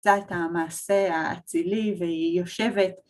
קצת המעשה העצילי והיא יושבת.